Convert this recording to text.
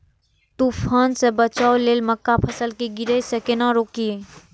तुफान से बचाव लेल मक्का फसल के गिरे से केना रोकी?